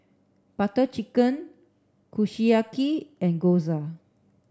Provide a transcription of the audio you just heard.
Butter Chicken Kushiyaki and Gyoza